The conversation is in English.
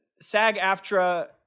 SAG-AFTRA